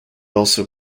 also